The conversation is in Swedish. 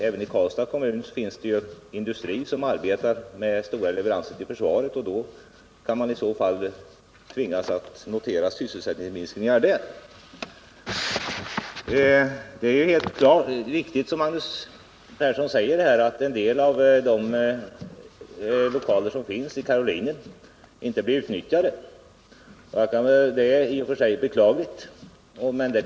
Även i Karlstads kommun finns det ju industri som arbetar 9 med stora leveranser till försvaret, och då skulle man kanske tvingas notera sysselsättningsminskningar där. Det är helt riktigt, som Magnus Persson säger, att en del av de lokaler som finns i Karolinen inte blir utnyttjade. Det är i och för sig beklagligt, men det.